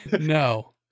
No